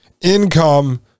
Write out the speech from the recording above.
income